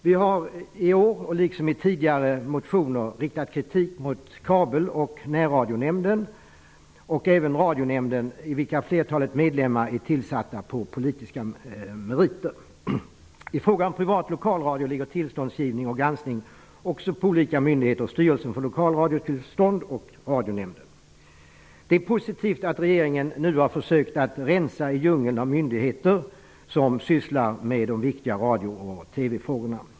Vi har i år liksom tidigare år i motioner riktat kritik mot Kabelnämnden, Närradionämnden och även Radionämnen. I dessa är flertalet av medlemmarna tillsatta på politiska meriter. I fråga om privat lokalradio ligger tillståndsgivning och granskning också på olika myndigheter, styrelser för lokalradiotillstånd och Det är positivt att regeringen nu har försökt rensa i den djungel av myndigheter som sysslar med de viktiga radio och TV-frågorna.